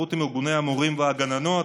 הידברות עם ארגוני המורים והגננות,